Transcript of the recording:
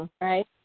Right